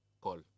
call